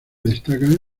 destacan